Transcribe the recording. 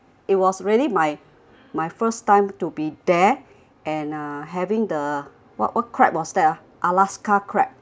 it was really my my first time to be there and uh having the what what crab was that ah alaska crab